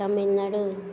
Tamil Nadu